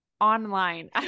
online